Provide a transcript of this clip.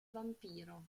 vampiro